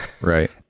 Right